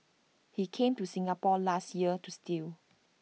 he came to Singapore last year to steal